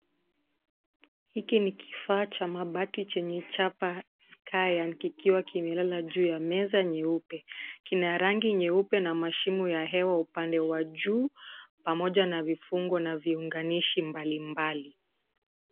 Hiki ni kifaa cha mabati chenye chapa scian kikiwa kimelala juu ya meza nyeupe, kina rangi nyeupe na mashimo ya hewa upande wa juu pamoja na vifungu na viunganishi mbalimbali.